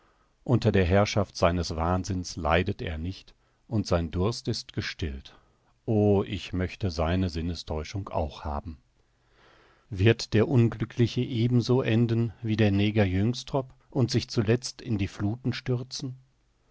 unter der herrschaft seines wahnsinns leidet er nicht und sein durst ist gestillt o ich möchte seine sinnestäuschungen auch haben wird der unglückliche ebenso enden wie der neger jynxtrop und sich zuletzt in die fluthen stürzen